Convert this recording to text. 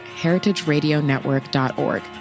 heritageradionetwork.org